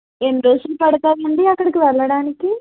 ఎన్ని రోజులు పడుతుందండి అక్కడికి వెళ్ళడానికి